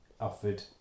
offered